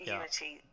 unity